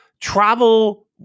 travel